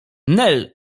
nel